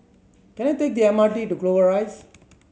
can I take the M R T to Clover Rise